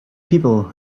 people